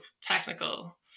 technical